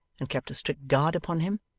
and kept a strict guard upon him,